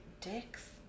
dicks